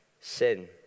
sin